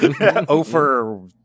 Over